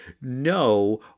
no